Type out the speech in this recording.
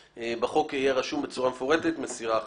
בחוק יהיה רשום בצורה מפורטת מסירה אחת.